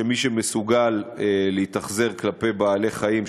שמי שמסוגל להתאכזר לבעלי-חיים,